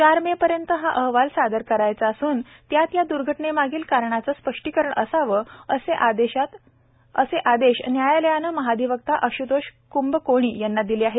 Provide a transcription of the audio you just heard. चार मे पर्यंत हा अहवाल सादर करायचा असून त्यात या द्र्घटनेमागील कारणांचं स्पष्टीकरण असावं असे आदेश न्यायालयानं महाधिवक्ता आश्तोष कृंभकोणी यांना दिले आहेत